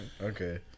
Okay